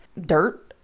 dirt